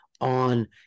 on